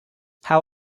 how